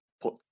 put